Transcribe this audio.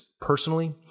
Personally